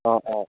अ अ